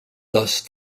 thus